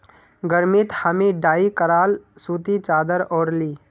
गर्मीत हामी डाई कराल सूती चादर ओढ़ छि